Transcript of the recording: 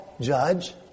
judge